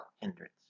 hindrance